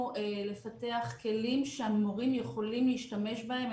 לפתח כלים שהמורים יכולים להשתמש בהם.